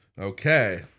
Okay